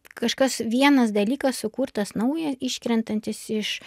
kažkas vienas dalykas sukurtas nauja iškrentantis iš